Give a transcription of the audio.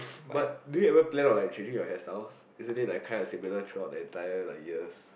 but do you ever plan on like changing your hair style isn't it like kinda similar throughout the entire like years